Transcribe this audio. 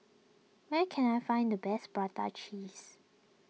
where can I find the best Prata Cheese